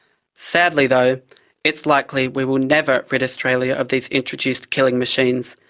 sadly though it's likely we will never rid australia of these introduced killing machines,